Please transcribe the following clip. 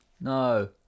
no